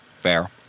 Fair